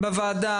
בוועדה.